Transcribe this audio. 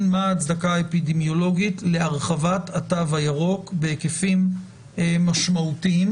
מה ההצדקה האפידמיולוגית להרחבת התו הירוק בהיקפים משמעותיים.